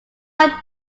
are